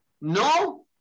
no